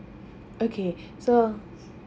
okay so